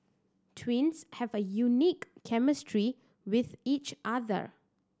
twins have a unique chemistry with each other